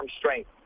strength